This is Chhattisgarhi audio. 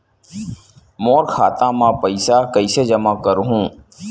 मोर खाता म पईसा कइसे जमा करहु?